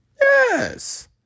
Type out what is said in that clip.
Yes